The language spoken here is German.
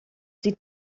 sie